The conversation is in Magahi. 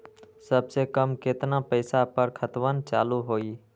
सबसे कम केतना पईसा पर खतवन चालु होई?